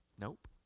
Nope